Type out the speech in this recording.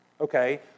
Okay